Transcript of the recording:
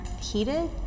heated